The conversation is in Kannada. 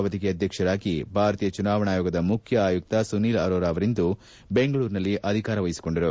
ಅವಧಿಗೆ ಅಧ್ಯಕ್ಷರಾಗಿ ಭಾರತೀಯ ಚುನಾವಣಾ ಆಯೋಗದ ಮುಖ್ಯ ಆಯುಕ್ತ ಸುನಿಲ್ ಆರೋರಾ ಅವರಿಂದು ಬೆಂಗಳೂರಿನಲ್ಲಿ ಅಧಿಕಾರ ವಹಿಸಿಕೊಂಡರು